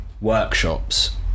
workshops